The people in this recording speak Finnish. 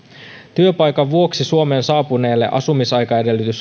työpaikan vuoksi suomeen saapuneelle asumisaikaedellytys